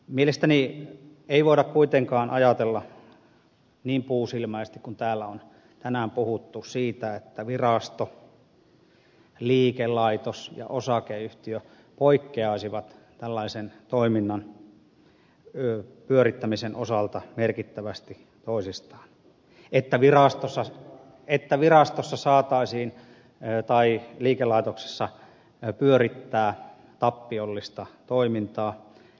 mielestäni ei voida kuitenkaan ajatella niin puusilmäisesti kuin täällä on tänään puhuttu siitä että virasto liikelaitos ja osakeyhtiö poikkeaisivat tällaisen toiminnan pyörittämisen osalta merkittävästi toisistaan ja että virastossa tai liikelaitoksessa saataisiin pyörittää tappiollista toimintaa